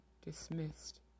dismissed